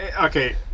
okay